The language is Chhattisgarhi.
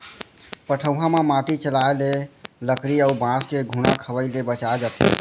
पटउहां म माटी चघाए ले लकरी अउ बांस के घुना खवई ले बचाए जाथे